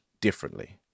differently